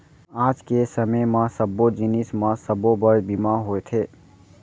आज के समे म सब्बो जिनिस म सबो बर बीमा होवथे